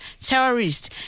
terrorists